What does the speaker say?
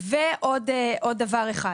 ועוד דבר אחד